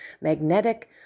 magnetic